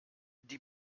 die